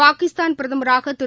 Pakistan பிரதமராகதிரு